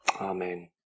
Amen